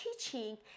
teaching